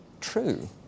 true